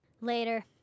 Later